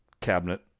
cabinet